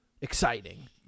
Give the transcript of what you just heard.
exciting